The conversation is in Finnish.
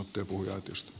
olkaa hyvä